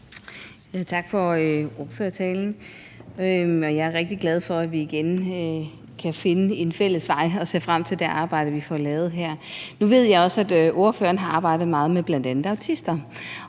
Tak for ordførertalen. Jeg er rigtig glad for, at vi igen kan finde en fælles vej, og jeg ser frem til det arbejde, vi får lavet her. Nu ved jeg også, at ordføreren har arbejdet meget med bl.a. autister.